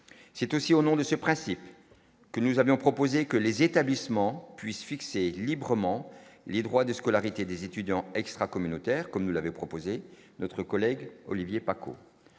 c'est aussi au nom de ce principe que nous avions proposé que les établissements puissent fixer librement les droits de scolarité des étudiants extra-communautaires, comme l'avait proposé notre collègue Olivier Paco